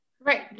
Right